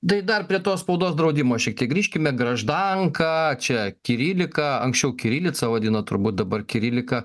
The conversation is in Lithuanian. tai dar prie to spaudos draudimo šiek tiek grįžkime graždanka čia kirilika anksčiau kirilica vadino turbūt dabar kirilika